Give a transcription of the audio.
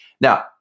Now